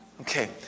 Okay